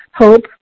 Hope